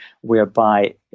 whereby